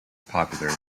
popular